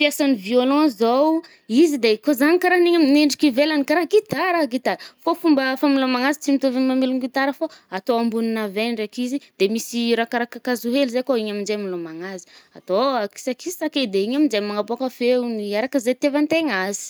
Fiasan’ny violon zaho, izy de koà zaàgny karaha aminigny amy endriky ivelany karaha gitara ah, gitara. Fô fomba a-famelômagna azy tsy mitôvy amy mamelogny gitara fô atô ambonà ave ndraiky izy i, de misy i raha karaha kakazo hely zay koà, i aminje amilômagna azy. Atô akisakisaky e de ignyn aminje manaboàka feony, araka zay itiàvantegna azy.